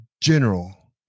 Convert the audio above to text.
general